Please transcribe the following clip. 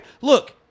look